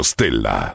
Stella